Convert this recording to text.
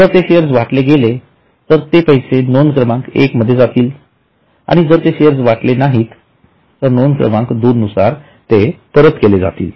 जर ते शेअर्स वाटले गेले तर ते पैसे नोंद क्रमांक एक मध्ये जातील आणि जर ते शेअर वाटले नाही तर नोंद क्रमांक दोन नुसार ते परत केले जातील